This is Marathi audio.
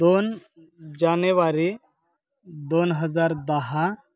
दोन जानेवारी दोन हजार दहा